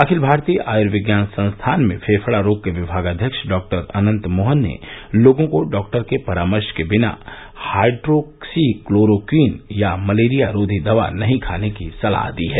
अखिल भारतीय आयुर्विज्ञान संस्थान में फेफडा रोग के विभागाध्यक्ष डॉ अनन्त मोहन ने लोगों को डॉक्टर के परामर्श के बिना हाइड्रोक्सीक्लोरोक्वीन या मलेरिया रोधी दवा नहीं खाने की सलाह दी है